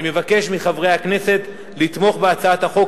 אני מבקש מחברי הכנסת לתמוך בהצעת החוק